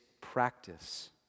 practice